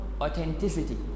authenticity